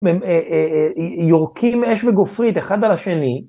מין...יורקים אש וגופרית אחד על השני.